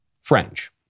French